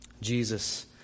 Jesus